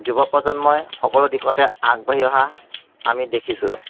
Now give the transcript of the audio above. যুৱ প্ৰজন্মই সকলো দিশতে আগবাঢ়ি অহা আমি দেখিছোঁ